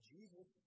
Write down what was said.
Jesus